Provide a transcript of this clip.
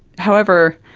however,